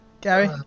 Gary